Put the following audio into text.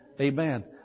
Amen